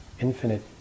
infinite